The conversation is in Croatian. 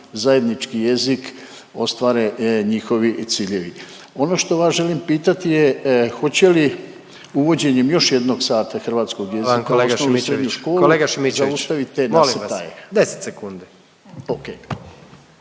zajednički jezik ostvare njihovi ciljevi. Ono što vas želim pitati je hoće li uvođenjem još jednog sata hrvatskog jezika … …/Upadica predsjednik: Hvala kolega